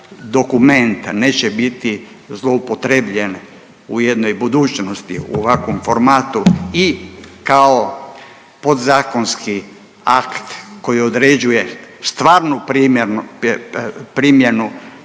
dokument neće biti zloupotrebljen u jednoj budućnosti u ovakvom formatu i kao podzakonski akt koji određuje stvarnu primjenu